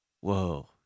Whoa